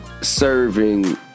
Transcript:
serving